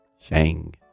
Shang